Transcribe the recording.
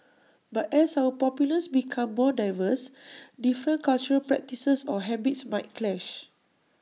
but as our populace becomes more diverse different cultural practices or habits might clash